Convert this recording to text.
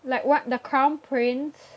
like what the crown prince